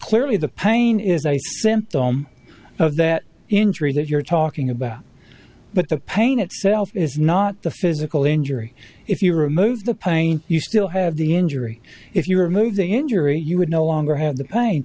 clearly the pain is a symptom of that injury that you're talking about but the pain itself is not the physical injury if you remove the pain you still have the injury if you remove the injury you would no longer have the pain